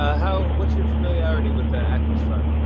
ah how what's your familiarity with the actors fund?